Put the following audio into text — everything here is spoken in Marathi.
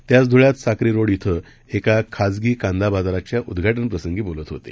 ते आज धुळ्यात साक्री रोड ॐ एका खासगी कांदा बाजाराच्या उद्घाटनप्रसंगी बोलत होते